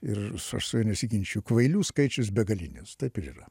ir aš su juo nesiginčiju kvailių skaičius begalinis taip ir yra